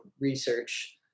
research